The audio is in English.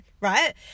right